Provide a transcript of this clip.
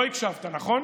לא הקשבת, נכון?